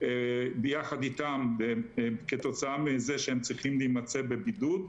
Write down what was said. ביחד איתן כתוצאה מזה שהן צריכות להימצא בבידוד,